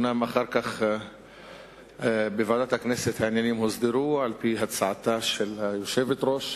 אחר כך העניינים הוסדרו בוועדת הכנסת על-פי הצעתה של היושבת-ראש,